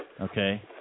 Okay